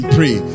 pray